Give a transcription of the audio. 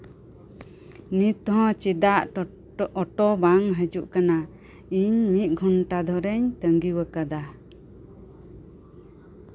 ᱱᱤᱛᱦᱚᱸ ᱪᱮᱫᱟᱜ ᱚᱴᱳ ᱵᱟᱢ ᱦᱤᱡᱩᱜ ᱠᱟᱱᱟ ᱤᱧ ᱢᱤᱫ ᱜᱷᱚᱱᱴᱟ ᱫᱷᱚᱨᱮᱧ ᱛᱟᱹᱜᱤ ᱟᱠᱟᱫᱟ